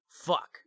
Fuck